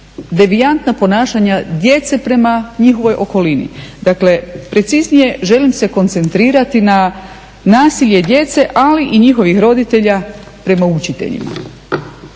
devijantna ponašanja djece prema njihovoj okolini. Dakle preciznije, želim se koncentrirati na nasilje djece, ali i njihovih roditelja prema učiteljima.